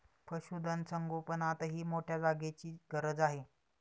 पशुधन संगोपनातही मोठ्या जागेची गरज आहे